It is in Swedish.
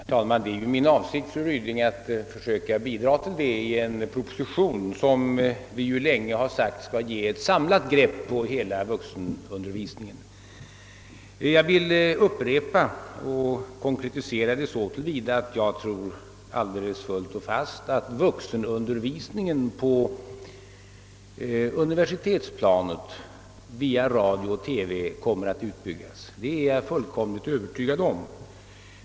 Herr talman! Det är min avsikt, fru Ryding, att försöka bidraga med en redovisning av dessa frågor i en proposition som vi länge har sagt skall ge ett samlat grepp på hela vuxenundervisningen. Jag vill upprepa och konkretisera mitt besked så till vida att jag säger, att jag är helt övertygad om att vuxenundervisningen på universitetsplanet via radio och TV kommer att utbyggas.